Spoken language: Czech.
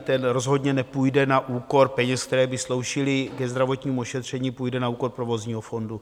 Ten rozhodně nepůjde na úkor peněz, které by sloužily ke zdravotnímu ošetření, půjde na úkor provozního fondu.